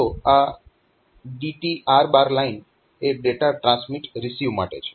તો આ DTR line એ ડેટા ટ્રાન્સમીટ રિસીવ માટે છે